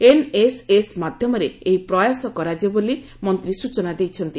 NSS ମାଧ୍ଧମରେ ଏହି ପ୍ରୟାସ କରାଯିବ ବୋଲି ମନ୍ତୀ ସ୍ଚନା ଦେଇଛନ୍ତି